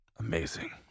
amazing